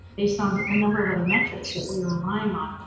based on a number of other metrics that we're relying on.